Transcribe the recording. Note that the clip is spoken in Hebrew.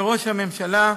וראש הממשלה,